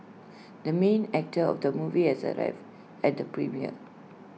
the main actor of the movie has arrived at the premiere